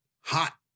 hot